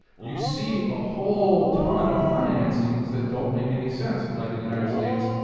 you see a whole ton of financings that don't make any sense. like in the united states.